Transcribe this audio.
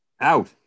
out